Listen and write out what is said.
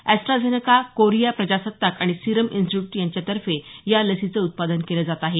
AstraZeneca Korea प्रजासत्ताक आणि Serum Institute यांच्यातर्फे या लसीचं उत्पादन केलं जात आहे